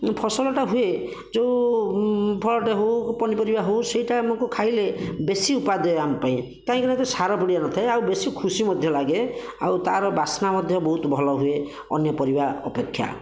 ଫସଲଟା ହୁଏ ଯେଉଁ ଫଳଟିଏ ହେଉ ପନିପରିବା ହେଉ ସେଇଟା ଆମକୁ ଖାଇଲେ ବେଶି ଉପଦାୟ ଆମ ପାଇଁ କାହିଁକିନା ଏଥିରେ ସାର ପିଡ଼ିଆ ନଥାଏ ଆଉ ବେଶି ଖୁସି ମଧ୍ୟ ଲାଗେ ଆଉ ତାର ବାସ୍ନା ମଧ୍ୟ ବେସ୍ ଭଲ ହୁଏ ଅନ୍ୟ ପରିବା ଅପେକ୍ଷା